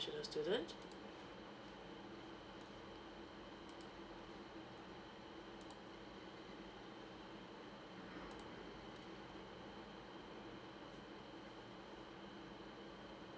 international student